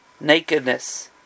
nakedness